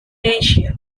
asia